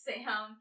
Sam